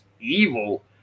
evil